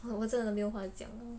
!wah! 我真的没有话讲